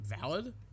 valid